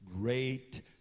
Great